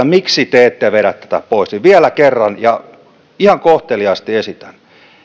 miksi me emme vedä tätä pois niin vielä kerran ja ihan kohteliaasti esitän